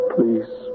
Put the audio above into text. Please